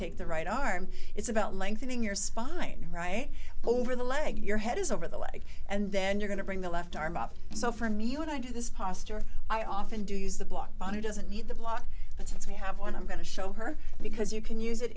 take the right arm it's about lengthening your spine right over the leg your head is over the leg and then you're going to bring the left arm up so for me when i do this posture i often do use the block runner doesn't need to block but since we have one i'm going to show her because you can use it